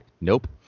Nope